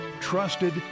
Trusted